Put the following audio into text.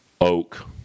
Oak